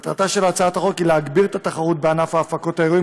מטרתה של הצעת החוק היא להגביר את התחרות בענף הפקות האירועים